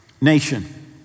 nation